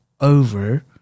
over